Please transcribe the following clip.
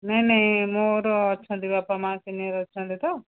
ନାଇଁ ନାଇଁ ମୋର ଅଛନ୍ତି ବାପା ମା' ସିନିଅର ଅଛନ୍ତି ତ